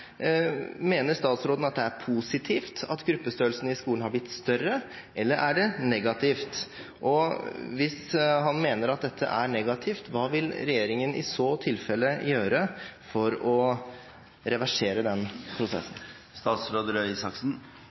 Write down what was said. Mener statsråden det er positivt at gruppestørrelsen i skolen har økt, eller er det negativt? Og hvis han mener at dette er negativt, hva vil regjeringen i så tilfelle gjøre for å reversere den